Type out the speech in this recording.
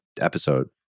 episode